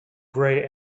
grey